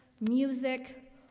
music